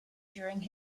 during